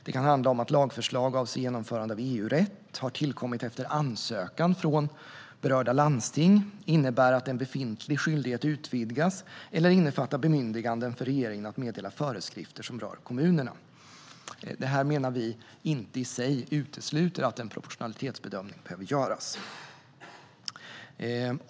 Det kan handla om att lagförslag avser genomförande av EU-rätt, har tillkommit efter ansökan från berörda landsting, innebär att en befintlig skyldighet utvidgas eller innefattar bemyndiganden för regeringen att meddela föreskrifter som rör kommunerna. Det här menar vi inte i sig utesluter att en proportionalitetsbedömning behöver göras.